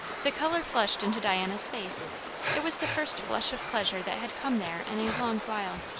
the colour flushed into diana's face it was the first flush of pleasure that had come there in a long while.